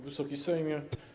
Wysoki Sejmie!